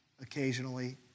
occasionally